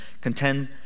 contend